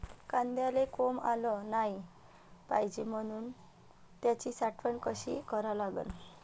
कांद्याले कोंब आलं नाई पायजे म्हनून त्याची साठवन कशी करा लागन?